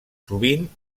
sovint